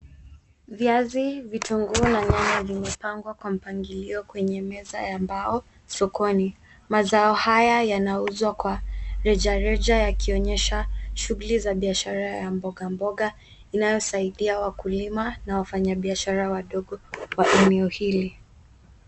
Viazi, vitunguu, na nyanya vimepangwa kwa mpangilio kwenye meza ya mbao sokoni. mazao haya yanauzwa kwa reja reja, yakionyesha shughuli za biashara ya mboga mboga, inayosaidia wakulima na wafanyabiashara wadogo wa eneo hili.